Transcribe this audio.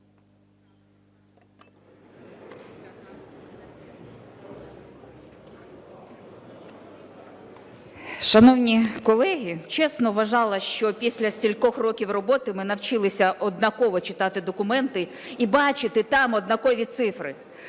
Шановні колеги, чесно, вважала, що після стількох років роботи ми навчилися однаково читати документи і бачити там однакові цифри.